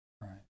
Right